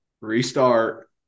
restart